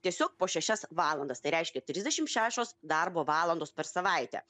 tiesiog po šešias valandas tai reiškia trisdešim šešios darbo valandos per savaitę